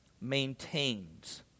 maintains